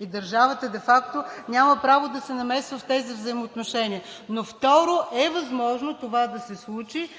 и държавата де факто няма право да се намесва в тези взаимоотношения. Но, второ, е възможно това да се случи